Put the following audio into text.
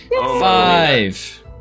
five